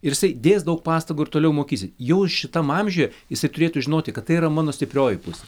ir jisai dės daug pastangų ir toliau mokysi jau šitam amžiuje jisai turėtų žinoti kad tai yra mano stiprioji pusė